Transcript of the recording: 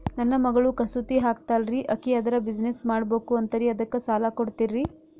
ನನ್ನ ಮಗಳು ಕಸೂತಿ ಹಾಕ್ತಾಲ್ರಿ, ಅಕಿ ಅದರ ಬಿಸಿನೆಸ್ ಮಾಡಬಕು ಅಂತರಿ ಅದಕ್ಕ ಸಾಲ ಕೊಡ್ತೀರ್ರಿ?